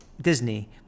Disney